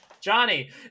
Johnny